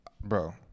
bro